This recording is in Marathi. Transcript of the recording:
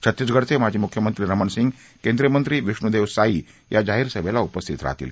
छत्तीसगडचे माजी मुख्यमंत्री रमण सिंह केंद्रीय मंत्री विष्णुदेव साई या जाहीर सभेला उपस्थित राहतील